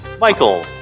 Michael